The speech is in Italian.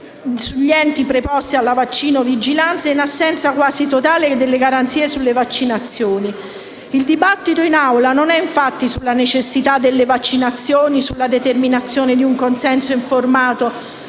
sugli enti preposti alla vaccinovigilanza e in assenza quasi totale delle garanzie sulle vaccinazioni. Il dibattito in Aula non è infatti sulla necessità delle vaccinazioni, sulla determinazione di un consenso informato